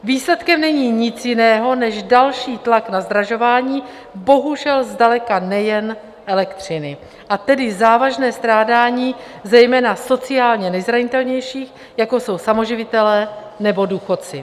Výsledkem není nic jiného než další tlak na zdražování, bohužel zdaleka nejen elektřiny, a tedy závažné strádání zejména sociálně nejzranitelnějších jako jsou samoživitelé nebo důchodci.